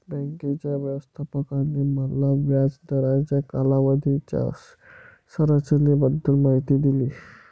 बँकेच्या व्यवस्थापकाने मला व्याज दराच्या कालावधीच्या संरचनेबद्दल माहिती दिली